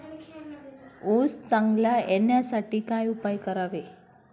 ऊस चांगला येण्यासाठी काय उपाय करावे?